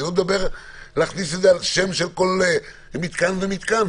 אני לא מדבר להכניס את זה על שם של כל מתקן ומתקן,